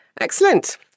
Excellent